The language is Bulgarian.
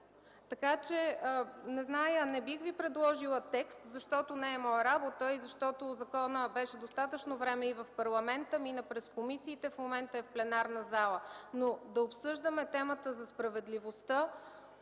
например. Не бих Ви предложила текст, защото не е моя работа и защото законът беше достатъчно време в парламента, мина през комисиите, в момента е в пленарната зала, но да обсъждаме темата за справедливостта,